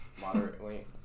moderately